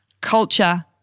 culture